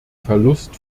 verlust